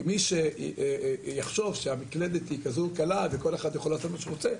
ומי שיחשוב שהמקלדת היא כזו קלה וכל אחד יכול לעשות מה שהוא רוצה,